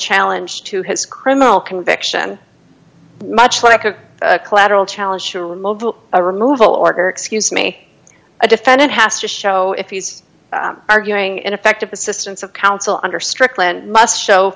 challenge to his criminal conviction much like a collateral challenge to removal a removal order excuse me a defendant has to show if he's arguing ineffective assistance of counsel under strickland must show